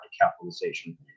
capitalization